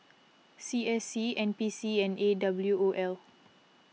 C S C N P C and A W O L